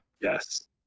yes